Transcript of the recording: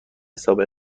حساب